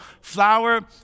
flower